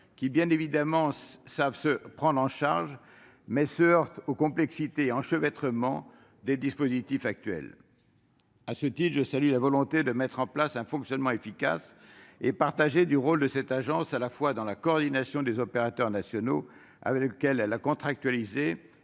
Bien évidemment, ceux-ci savent se prendre en charge, mais ils se heurtent aux complexités et enchevêtrements des dispositifs actuels. À ce titre, je salue la volonté de mettre en place un fonctionnement efficace et partagé, avec, à la fois, un rôle de l'ANCT en matière de coordination des opérateurs nationaux avec lesquels elle a contractualisé